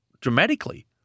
dramatically